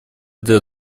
для